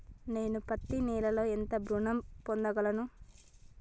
నేను పత్తి నెల ఎంత ఋణం పొందగలను?